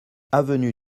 avenue